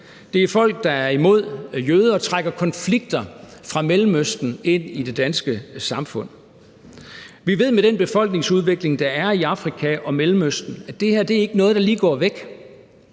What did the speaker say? det er folk, der er imod jøder og trækker konflikter fra Mellemøsten ind i det danske samfund. Vi ved, at med den befolkningsudvikling, der er i Afrika og Mellemøsten, er det her ikke er noget, der lige går væk: